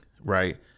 Right